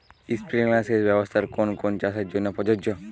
Sprinkler সেচ ব্যবস্থার কোন কোন চাষের জন্য প্রযোজ্য?